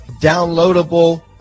downloadable